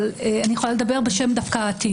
ואני יכולה לדבר דווקא בשם העתיד,